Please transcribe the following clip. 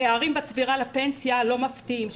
הפערים בצבירה לפנסיה לא מפתיעים,